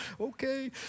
okay